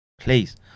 please